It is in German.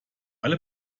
alle